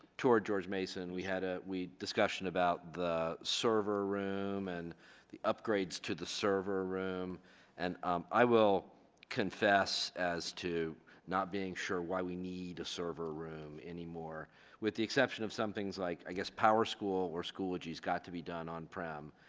toured george mason we had ah a discussion about the server room and the upgrades to the server room and um i will confess as to not being sure why we need to server room anymore with the exception of some things like i guess powerschool or schoology got to be done on prem,